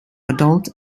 adult